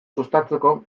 sustatzeko